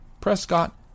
Prescott